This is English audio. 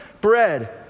bread